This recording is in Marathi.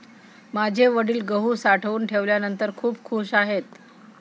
माझे वडील गहू साठवून ठेवल्यानंतर खूप खूश आहेत